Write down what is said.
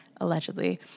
allegedly